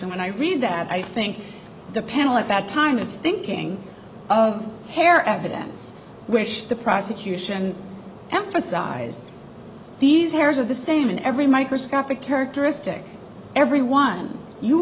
and when i read that i think the panel at that time is thinking of hair evidence which the prosecution emphasized these hairs of the same in every microscopic characteristic every one you